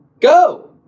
Go